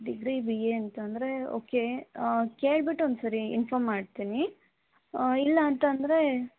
degree B A ಅಂತಂದ್ರೆ okay ಕೇಳ್ಬಿಟ್ಟು ಒಂದ್ಸರಿ ಇನ್ಫಾಮ್ ಮಾಡ್ತೀನಿ ಇಲ್ಲ ಅಂತಂದ್ರೆ